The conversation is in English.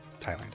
Thailand